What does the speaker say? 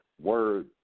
word